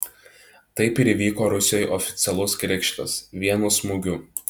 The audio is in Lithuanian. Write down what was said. taip ir įvyko rusioj oficialus krikštas vienu smūgiu